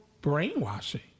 brainwashing